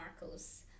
Marcos